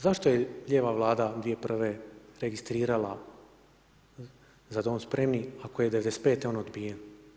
Zašto je lijeva Vlada 2001.-ve registrirala „Za dom spremni“ ako je 95.-te on odbijen.